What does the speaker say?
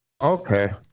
Okay